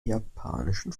japanischen